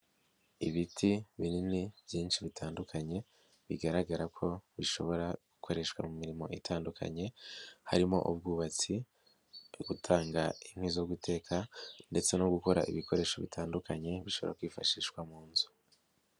Ibiti binini byinshi bitandukanye, bigaragara ko bishobora gukoreshwa mu mirimo itandukanye, harimo ubwubatsi, gutanga inkwi zo guteka ndetse no gukora ibikoresho bitandukanye, bishobora kwifashishwa mu nzu.